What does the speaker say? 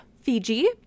Fiji